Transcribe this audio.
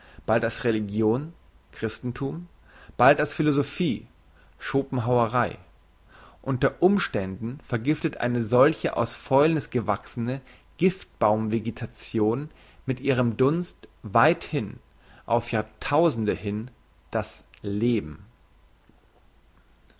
bald als religion christenthum bald als philosophie schopenhauerei unter umständen vergiftet eine solche aus fäulniss gewachsene giftbaum vegetation mit ihrem dunste weithin auf jahrtausende hin das leben